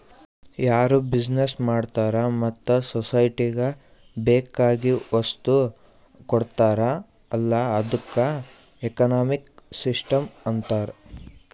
ಯಾರು ಬಿಸಿನೆಸ್ ಮಾಡ್ತಾರ ಮತ್ತ ಸೊಸೈಟಿಗ ಬೇಕ್ ಆಗಿವ್ ವಸ್ತು ಕೊಡ್ತಾರ್ ಅಲ್ಲಾ ಅದ್ದುಕ ಎಕನಾಮಿಕ್ ಸಿಸ್ಟಂ ಅಂತಾರ್